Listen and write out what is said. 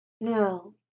No